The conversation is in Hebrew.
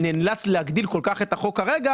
אני נאלץ להגדיל כל כך את החוק כרגע